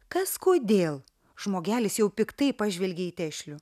kas kodėl žmogelis jau piktai pažvelgė į tešlių